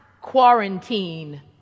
quarantine